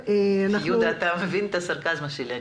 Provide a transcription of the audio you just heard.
יהודה, אתה מבין את הסרקזם שלי.